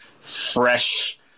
fresh